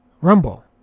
Rumble